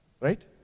right